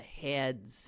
heads